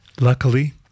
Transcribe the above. luckily